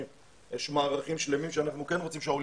יש מערכים שלמים שאנחנו כן רוצים שהעולים